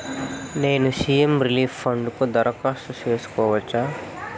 నేను CM relief fund కు దరఖాస్తు సేసుకోవచ్చా?